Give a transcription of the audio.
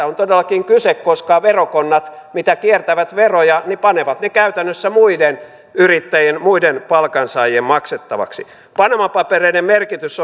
on todellakin kyse koska verokonnat jotka kiertävät veroja panevat ne käytännössä muiden yrittäjien ja muiden palkansaajien maksettaviksi panama papereiden merkitys